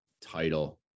title